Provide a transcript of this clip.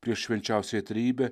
prieš švenčiausiąją trejybę